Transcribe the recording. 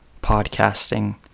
podcasting